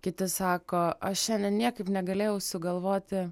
kiti sako aš šiandien niekaip negalėjau sugalvoti